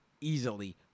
easily